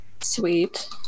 Sweet